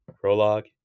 Prologue